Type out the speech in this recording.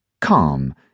calm